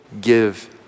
give